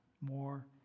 more